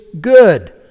good